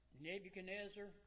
Nebuchadnezzar